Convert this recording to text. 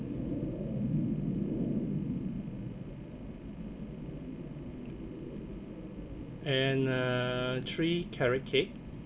and uh three carrot cake